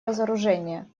разоружения